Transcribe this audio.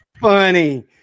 funny